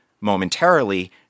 momentarily